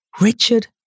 Richard